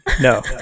No